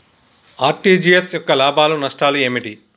RTGS యొక్క లాభాలు నష్టాలు ఏమిటి?